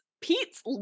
Pete's